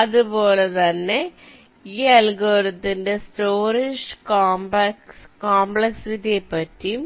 അതുപോലെ തന്നെ ഈ അൽഗോരിതത്തിന്റെ സ്റ്റോറേജ് കോംപ്ലക്സിറ്റിയെ പറ്റിയും